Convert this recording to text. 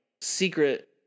secret